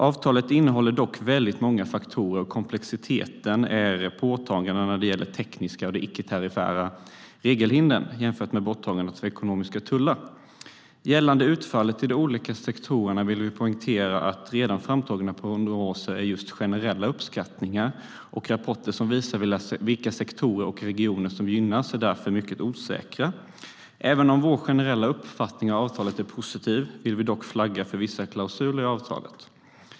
Avtalet innehåller dock många faktorer, och komplexiteten är påtaglig när det gäller det tekniska och de icke-tariffära regelhindren jämfört med borttagande av ekonomiska tullar. Gällande utfallet i de olika sektorerna vill vi poängtera att redan framtagna prognoser är just generella uppskattningar. Rapporter som visar vilka sektorer och regioner som gynnas är därför mycket osäkra. Även om vår generella uppfattning av avtalet är positiv vill vi dock flagga för vissa klausuler i avtalet.